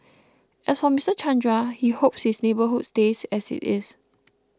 as for Mister Chandra he hopes his neighbourhood stays as it is